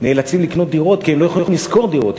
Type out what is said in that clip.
נאלצים לקנות דירות כי הם לא יכולים לשכור דירות.